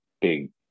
big